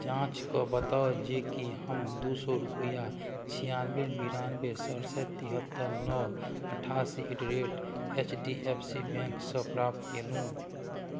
जाँच कऽ बताउ जे की हम दू सओ रुपैआ छियानवे बिरानवे सरसठि तिहत्तर नओ अठासी at rate H D F C बैंकसँ प्राप्त कयलहुँ